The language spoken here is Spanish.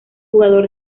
jugador